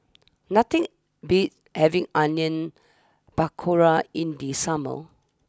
nothing beats having Onion Pakora in the summer